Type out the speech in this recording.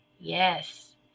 Yes